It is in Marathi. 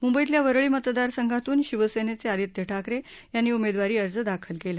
मुंबईतल्या वरळी मतदारसंघातून शिवसेनेचे आदित्य ठाकरे यांनी उमेदवारी अर्ज दाखल केला